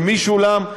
למי שולם,